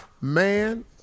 Man